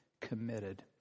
committed